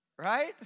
Right